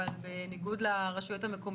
קודם כל אני חושבת שצריכים לחשוב לא על